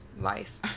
life